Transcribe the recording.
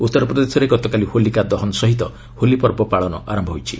ଉତ୍ତର ପ୍ରଦେଶରେ ଗତକାଲି 'ହୋଲି କା ଦହନ' ସହ ହୋଲି ପର୍ବ ପାଳନ ଆରମ୍ଭ ହୋଇଛି